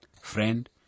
Friend